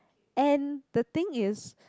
and the thing is